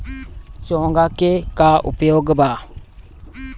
चोंगा के का उपयोग बा?